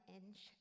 inch